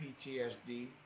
PTSD